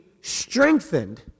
strengthened